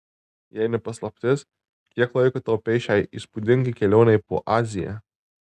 jei ne paslaptis kiek laiko taupei šiai įspūdingai kelionei po aziją